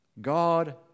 God